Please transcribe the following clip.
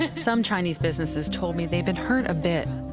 and some chinese businesses told me they'd been hurt a bit,